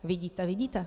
Vidíte, vidíte.